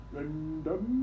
Random